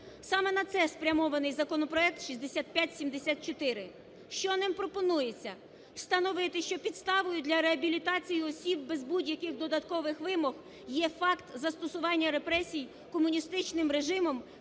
Саме на це спрямований законопроект 6574. Що ним пропонується? Встановити, що підставою для реабілітації осіб без будь-яких додаткових вимог, є факт застосування репресій комуністичним режимом